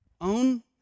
own